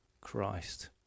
Christ